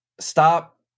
Stop